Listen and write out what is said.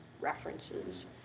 references